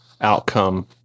outcome